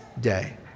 day